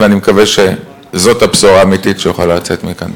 ואני מקווה שזאת הבשורה האמיתית שיכולה לצאת מכאן.